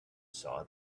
saw